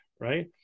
Right